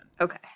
Okay